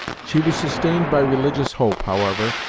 she was sustained by religious hope, however,